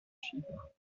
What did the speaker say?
chypre